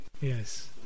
yes